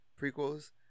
prequels